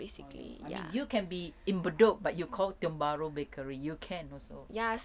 oh ya I mean you can be in bedok but you call tiong bahru bakery you can also